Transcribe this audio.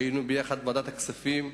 היינו יחד בוועדת הכספים,